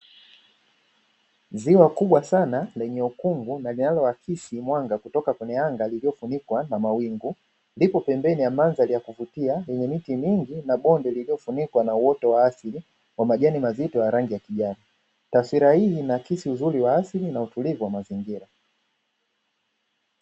Ziwa kubwa sana lenye ukungu na linaloakisi mwanga kutoka kwenye anga lilifunikwa na mawingu, lipo pembeni na mandhari ya kuvutia yenye miti mingi na bonde lilifunikwa na outo wa asili wa majani mazito ya rangi ya kijani. Taswira hii inaakisi uzuri wa asili na utulivu wa mazingira.